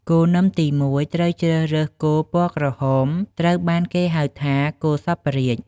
គោនឹមទី១ ត្រូវជ្រើសរើសគោ ពណ៌ក្រហម ត្រូវបានហៅថា គោសព្វរាជ។